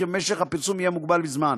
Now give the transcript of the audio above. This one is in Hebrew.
וכי משך הפרסום יהיה מוגבל בזמן.